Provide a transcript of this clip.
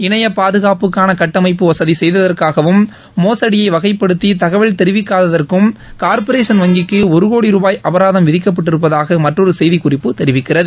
இணைய பாதுகாப்புக்கான கட்டமைப்பு வசதி செய்யாததற்காகவும் மோசடியை வகைப்படுத்தி தகவல் தெரிவிக்காததற்கும் கார்ப்பரேஷன் வங்கிக்கு ஒரு கோடி ருபாய் அபராதம் விதிக்கப்பட்டிருப்பதாக மற்றொரு செய்திக்குறிப்பு தெரிவிக்கிறது